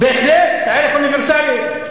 בהחלט, ערך אוניברסלי.